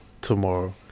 tomorrow